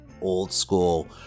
old-school